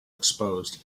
exposed